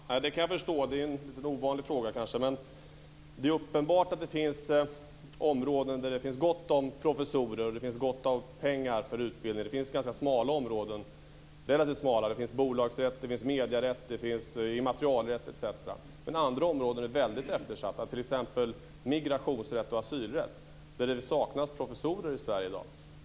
Fru talman! Det kan jag förstå. Det här är kanske en lite ovanlig fråga. Men det är uppenbart att det finns områden där det finns gott om professorer och gott om pengar för utbildning. Det finns relativt smala områden. Det handlar om bolagsrätt, medierätt, immaterialrätt etc. Men andra områden är väldigt eftersatta. Det gäller t.ex. migrationsrätt och asylrätt. Där saknas det professorer i Sverige i dag.